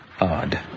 odd